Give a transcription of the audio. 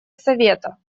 совета